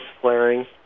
flaring